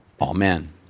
Amen